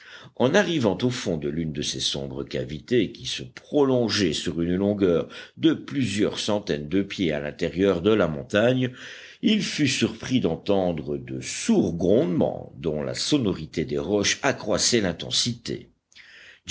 en arrivant au fond de l'une de ces sombres cavités qui se prolongeaient sur une longueur de plusieurs centaines de pieds à l'intérieur de la montagne il fut surpris d'entendre de sourds grondements dont la sonorité des roches accroissait l'intensité